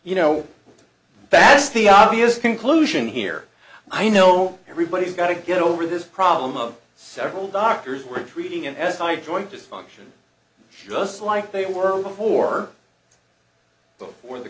you know best the obvious conclusion here i know everybody's got to get over this problem of several doctors were treating it as i joined dysfunction just like they were before before the